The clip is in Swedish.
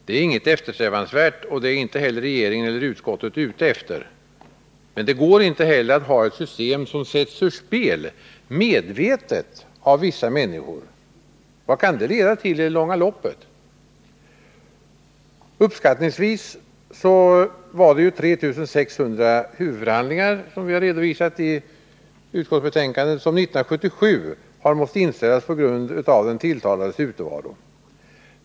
Det är inget eftersträvansvärt, och det är inte regeringen och utskottet ute efter. Men det går inte heller att ha ett system som sätts ur spel medvetet av vissa människor. Vad skulle det leda till i det långa loppet? Uppskattningsvis var det, som vi redovisat i utskottsbetänkandet, 3 600 huvudförhandlingar som år 1977 måste inställas på grund av den tilltalades utevaro.